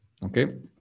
okay